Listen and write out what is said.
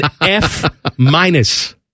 F-minus